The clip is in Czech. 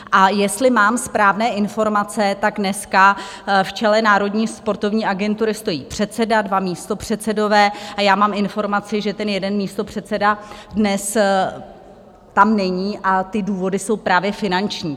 A jestli mám správné informace, dneska v čele Národní sportovní agentury stojí předseda, dva místopředsedové, a já mám informaci, že ten jeden místopředseda dnes tam není a ty důvody jsou právě finanční.